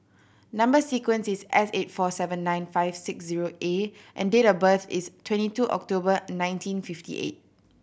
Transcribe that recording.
number sequence is S eight four seven nine five six zero A and date of birth is twenty two October nineteen fifty eight